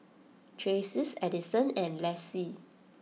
Tracie Adison and Lacie